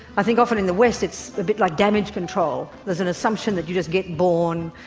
i think often in the west it's a bit like damage control. there's an assumption that you just get born,